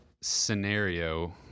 scenario